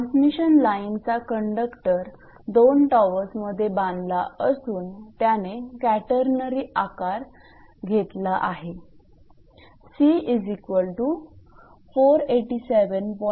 transmission लाईनचा conductor दोन टॉवर्समध्ये बांधला असून त्याने कॅटेनरी आकार घेतला आहे 𝑐487